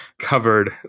covered